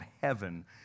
heaven